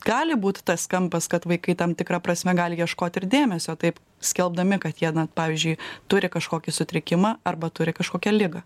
gali būt tas kampas kad vaikai tam tikra prasme gali ieškot ir dėmesio taip skelbdami kad jie na pavyzdžiui turi kažkokį sutrikimą arba turi kažkokią ligą